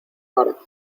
para